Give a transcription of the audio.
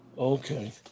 Okay